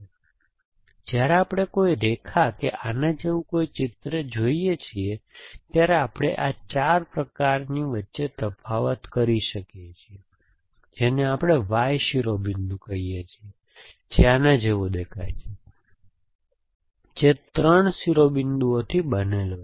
તેથી જ્યારે આપણે કોઈ રેખા કે આના જેવું ચિત્ર જોઈએ છીએ ત્યારે આપણે આ 4 પ્રકારની વચ્ચે તફાવત કરી શકીએ છીએ જેને આપણે Y શિરોબિંદુ કહીએ છીએ જે આના જેવો દેખાય છે જે 3 શિરોબિંદુઓથી બનેલો છે